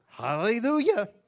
Hallelujah